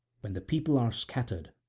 when the people are scattered,